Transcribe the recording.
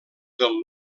del